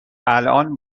الان